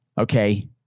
Okay